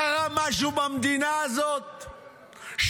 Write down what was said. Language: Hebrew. קרה משהו במדינה הזאת,